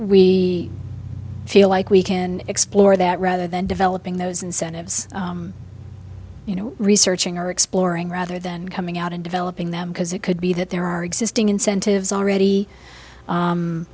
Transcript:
we feel like we can explore that rather than developing those incentives you know researching or exploring rather than coming out and developing them because it could be that there are existing incentives already